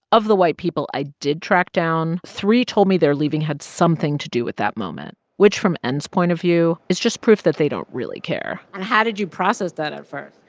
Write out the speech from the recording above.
of the white people i did track down, three told me their leaving had something to do with that moment, which, from n's point of view, is just proof that they don't really care and how did you process that at first?